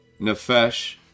nefesh